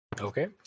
Okay